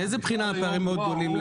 מאיזו בחינה הפערים מאוד גדולים?